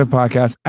podcast